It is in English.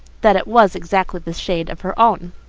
that it was exactly the shade of her own.